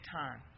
time